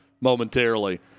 momentarily